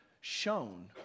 shown